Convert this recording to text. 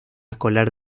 escolar